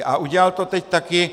A udělal to teď taky.